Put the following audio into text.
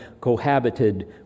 cohabited